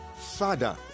Father